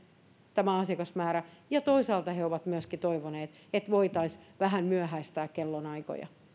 tämä asiakasmäärä ja toisaalta he ovat toivoneet myöskin että voitaisiin vähän myöhäistää kellonaikoja